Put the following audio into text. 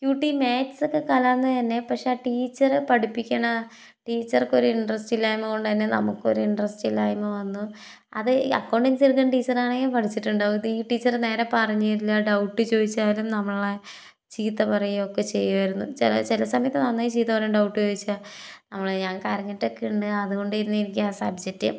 Q T മാത്സൊക്കെ കലർന്നത് തന്നെ പക്ഷെ ടീച്ചർ പഠിപ്പിക്കുന്ന ടീച്ചർക്കൊരു ഇൻട്രസ്റ്റില്ലായ്മ കൊണ്ട് തന്നെ നമുക്കൊരു ഇൻട്രസ്റ്റില്ലായ്മ വന്നു അത് ഈ അക്കൗണ്ടൻസി എടുക്കുന്ന ടീച്ചറാണെങ്കിൽ പഠിച്ചിട്ടുണ്ടാകും ഈ ടീച്ചർ നേരെ പറഞ്ഞ് തരില്ല ഡൗട്ട് ചോദിച്ചാലും നമ്മളെ ചീത്ത പറയുവൊക്കെ ചെയ്യുമായിരുന്നു ചില ചില സമയത്ത് നന്നായി ചീത്ത പറയും ഡൗട്ട് ചോദിച്ചാൽ നമ്മളെ ഞാൻ കരഞ്ഞിട്ടൊക്കെ ഉണ്ട് അതുകൊണ്ടായിരുന്നു ആ സബ്ജക്റ്റ്